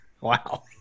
Wow